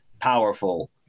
powerful